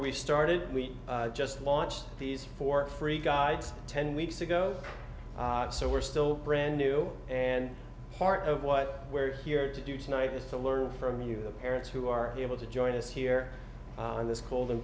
we started we just launched these four free guides ten weeks ago so we're still brand new and part of what we're here to do tonight is to learn from you the parents who are able to join us here on this cold and